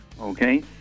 okay